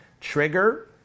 Trigger